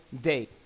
day